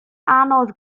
anodd